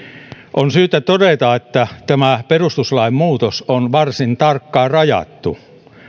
on syytä todeta että tämä perustuslain muutos on varsin tarkkaan rajattu